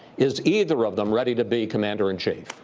is either of them ready to be commander in chief?